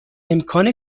امکان